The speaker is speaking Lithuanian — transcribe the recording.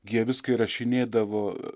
gi jie viską įrašinėdavo